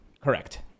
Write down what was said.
Correct